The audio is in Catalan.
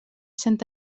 sant